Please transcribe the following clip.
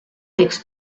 text